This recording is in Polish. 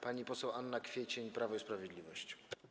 Pani poseł Anna Kwiecień, Prawo i Sprawiedliwość.